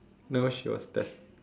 no she was test